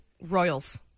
Royals